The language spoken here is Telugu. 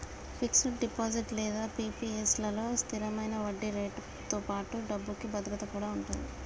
ఫిక్స్డ్ డిపాజిట్ లేదా పీ.పీ.ఎఫ్ లలో స్థిరమైన వడ్డీరేటుతో పాటుగా డబ్బుకి భద్రత కూడా ఉంటది